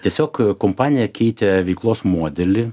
tiesiog kompanija keitė veiklos modelį